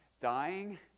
Dying